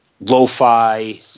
lo-fi